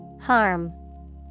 Harm